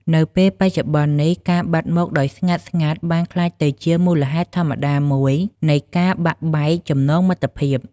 នៅពេលបច្ចុប្បន្ននេះ ការបាត់មុខដោយស្ងាត់ៗ បានក្លាយទៅជាមូលហេតុធម្មតាមួយនៃការបាក់បែកចំណងមិត្តភាព។